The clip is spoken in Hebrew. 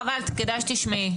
חבל, כדאי שתשמעי.